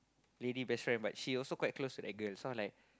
lady best friend but she also quite close to that girl so I'm like